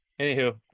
anywho